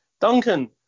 Duncan